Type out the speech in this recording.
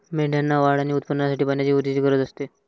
मेंढ्यांना वाढ आणि उत्पादनासाठी पाण्याची ऊर्जेची गरज असते